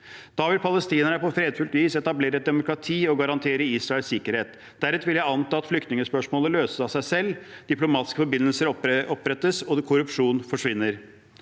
Da vil palestinerne på fredfullt vis etablere et demokrati og garantere Israels sikkerhet. Deretter vil jeg anta at flyktningspørsmålet løses av seg selv, diplomatiske forbindelser opprettes og korrupsjon forsvinner.